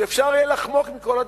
שיהיה אפשר לחמוק מכל הדברים,